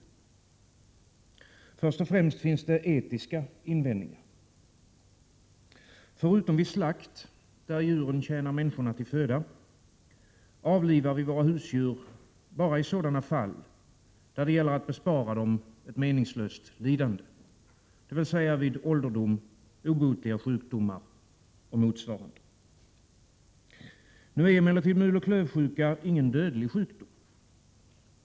Först och främst finns det etiska invändningar. Förutom vid slakt, där djuren tjänar människorna till föda, avlivar vi våra husdjur bara i sådana fall där det gäller att bespara dem ett meningslöst lidande — dvs. vid ålderdom, i händelse av obotliga sjukdomar o. d. Muloch klövsjuka är emellertid inte någon dödlig sjukdom.